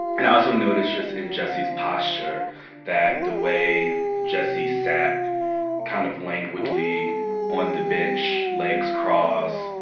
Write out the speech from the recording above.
and i also noticed just in jesse's posture that the way jesse sat kind of languidly on the bench legs crossed.